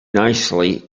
nicely